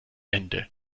ende